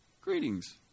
Greetings